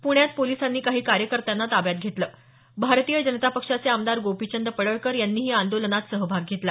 पुण्यात पोलिसांनी काही कार्यकर्त्यांना ताब्यात घेतलं भारतीय जनता पक्षाचे आमदार गोपीचंद पडळकर यांनीही या आंदोलनात सहभाग घेतला